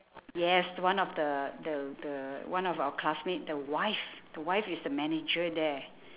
yes one of the the the one of our classmate the wife the wife is the manager there